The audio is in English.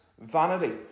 vanity